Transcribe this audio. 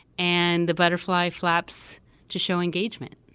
and the butterfly flaps to show engagement,